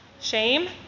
shame